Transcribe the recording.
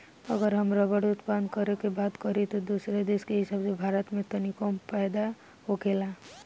अगर हम रबड़ उत्पादन करे के बात करी त दोसरा देश के हिसाब से भारत में तनी कम पैदा होखेला